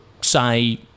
say